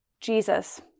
Jesus